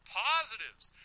positives